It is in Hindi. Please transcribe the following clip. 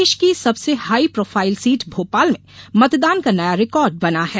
देश की सबसे हाईप्रोफाइल सीट भोपाल में मतदान का नया रिकार्ड बना है